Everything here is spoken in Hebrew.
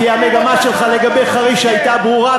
כי המגמה שלך לגבי חריש הייתה ברורה,